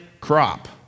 crop